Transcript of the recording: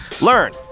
learn